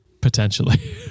Potentially